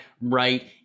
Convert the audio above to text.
right